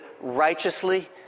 righteously